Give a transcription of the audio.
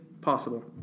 possible